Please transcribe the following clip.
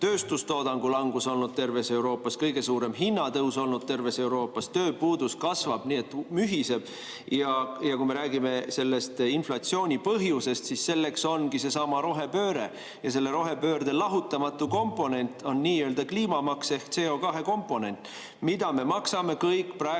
tööstustoodangu langus olnud terves Euroopas, kõige suurem hinnatõus olnud terves Euroopas, ja tööpuudus kasvab, nii et mühiseb. Kui me räägime inflatsiooni põhjusest, siis selleks ongi seesama rohepööre. Selle rohepöörde lahutamatu komponent on nii-öelda kliimamaks ehk CO2-komponent, mida me kõik maksame praegu